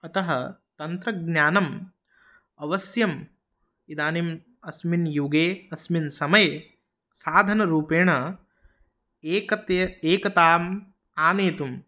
अतः तन्त्रज्ञानम् अवश्यम् इदानीम् अस्मिन् युगे अस्मिन् समये साधनरूपेण एकते एकताम् आनेतुं